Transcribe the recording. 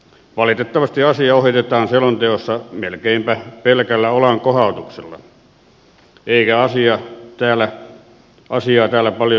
valitettavasti asia ohitetaan selonteossa melkeinpä pelkällä olankohautuksella eikä asiasta täällä paljon nytkään ole puhuttu